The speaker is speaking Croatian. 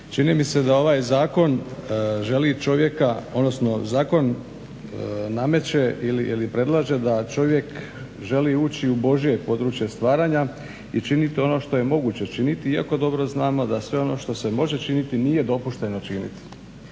Čini mi se da ovaj zakon želi čovjeka odnosno zakon nameće ili predlaže da čovjek ući u božje područje stvaranja i činiti ono što je moguće činiti iako dobro znamo da sve ono što se može činiti nije dopušteno činiti.